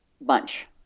bunch